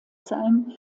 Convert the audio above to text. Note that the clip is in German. sein